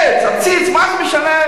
עץ, עציץ, מה זה משנה?